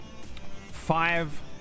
five